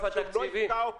אבל שהוא לא יגדע אוטומטית.